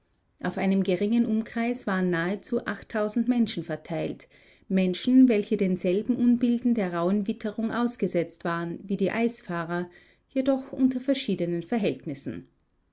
auf einem geringen umkreis waren nahezu achttausend menschen verteilt menschen welche denselben unbilden der rauhen witterung ausgesetzt waren wie die eisfahrer jedoch unter verschiedenen verhältnissen